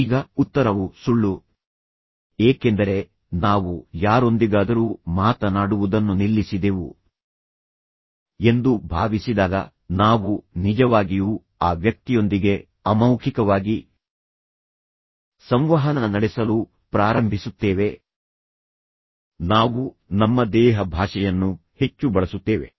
ಈಗ ಉತ್ತರವು ಸುಳ್ಳು ಏಕೆಂದರೆ ನಾವು ಯಾರೊಂದಿಗಾದರೂ ಮಾತನಾಡುವುದನ್ನು ನಿಲ್ಲಿಸಿದೆವು ಎಂದು ಭಾವಿಸಿದಾಗ ನಾವು ನಿಜವಾಗಿಯೂ ಆ ವ್ಯಕ್ತಿಯೊಂದಿಗೆ ಅಮೌಖಿಕವಾಗಿ ಸಂವಹನ ನಡೆಸಲು ಪ್ರಾರಂಭಿಸುತ್ತೇವೆ ನಾವು ನಮ್ಮ ದೇಹ ಭಾಷೆಯನ್ನು ಹೆಚ್ಚು ಬಳಸುತ್ತೇವೆ